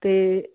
ਅਤੇ